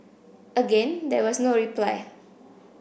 again there was no reply